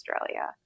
Australia